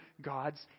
God's